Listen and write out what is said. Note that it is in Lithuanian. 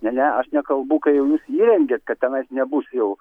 ne ne aš nekalbu kai jūs įrengėt kad tenais nebus jau